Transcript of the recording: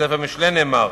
בספר משלי נאמר: